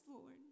Lord